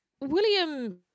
William